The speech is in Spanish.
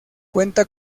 cuenta